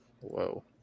Whoa